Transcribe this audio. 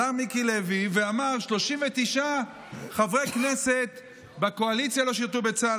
עלה מיקי לוי ואמר: 39 חברי כנסת בקואליציה לא שירתו בצה"ל.